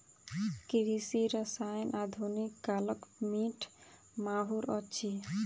कृषि रसायन आधुनिक कालक मीठ माहुर अछि